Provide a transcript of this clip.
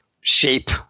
shape